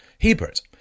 Hebert